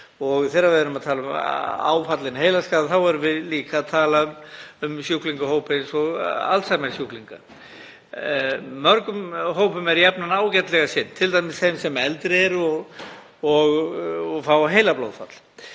Og þegar við erum að tala um áfallinn heilaskaða er líka átt við sjúklingahópa eins og alzheimersjúklinga. Mörgum hópum er jafnan ágætlega sinnt, t.d. þeim sem eldri eru og fá heilablóðfall.